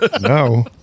no